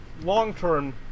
long-term